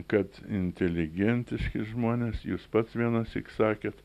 kad inteligentiški žmonės jūs pats vienąsyk sakėt